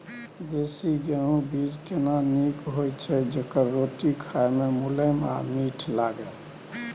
देसी गेहूँ बीज केना नीक होय छै जेकर रोटी खाय मे मुलायम आ मीठ लागय?